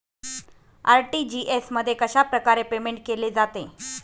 RTGS मध्ये कशाप्रकारे payment केले जाते?